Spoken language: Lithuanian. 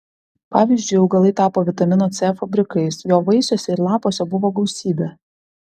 pavyzdžiui augalai tapo vitamino c fabrikais jo vaisiuose ir lapuose buvo gausybė